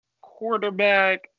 quarterback